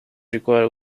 require